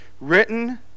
written